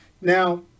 Now